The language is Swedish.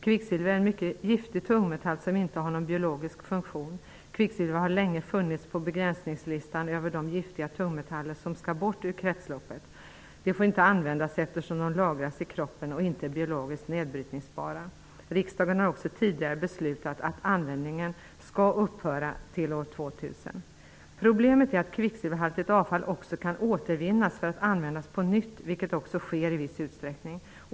Kvicksilver är en mycket giftig tungmetall som inte har någon biologisk funktion. Kvicksilver har länge funnits på listan över de giftiga tungmetaller som skall bort ur kretsloppet. De får inte användas eftersom de lagras i kroppen och inte är biologiskt nedbrytningsbara. Riksdagen har också tidigare beslutat att användningen skall upphöra till år 2000. Problemet är att kvicksilverhaltigt avfall också kan återvinnas för att användas på nytt, vilket också sker i viss utsträckning.